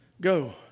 Go